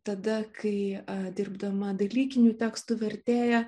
tada kai dirbdama dalykinių tekstų vertėja